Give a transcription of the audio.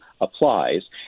applies